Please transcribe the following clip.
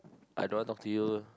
I don't want talk to you